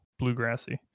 bluegrassy